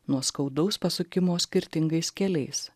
nuo skaudaus pasukimo skirtingais keliais